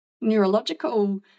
neurological